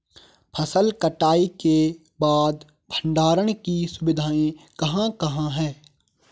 फसल कटाई के बाद भंडारण की सुविधाएं कहाँ कहाँ हैं?